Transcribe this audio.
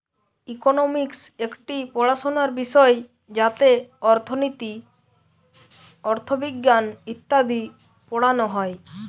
economics একটি পড়াশোনার বিষয় যাতে অর্থনীতি, অথবিজ্ঞান ইত্যাদি পড়ানো হয়